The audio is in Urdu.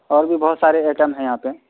اور بھی بہت سارے ایٹم ہیں یہاں پہ